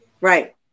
Right